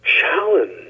challenge